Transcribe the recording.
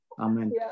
Amen